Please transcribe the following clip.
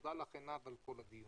תודה עינב על כל הדיון.